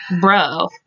bro